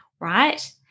right